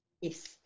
Yes